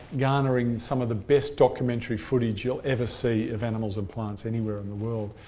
garnering some of the best documentary footage you'll ever see of animals and plants anywhere in the world.